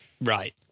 Right